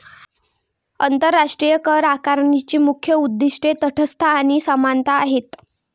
आंतरराष्ट्रीय करआकारणीची मुख्य उद्दीष्टे तटस्थता आणि समानता आहेत